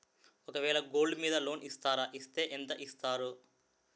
ఒక వేల గోల్డ్ మీద లోన్ ఇస్తారా? ఇస్తే ఎంత ఇస్తారు?